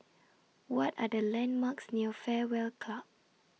What Are The landmarks near Fairway Club